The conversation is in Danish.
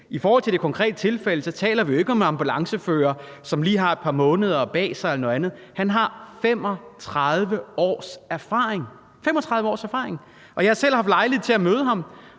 I forhold til det konkrete tilfælde taler vi jo ikke om en ambulancefører, som lige har et par måneder bag sig eller noget andet. Han har 35 års erfaring – 35 års erfaring. Og jeg har selv haft lejlighed til at møde ham